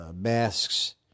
masks